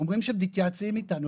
אומרים שמתייעצים איתנו,